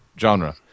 genre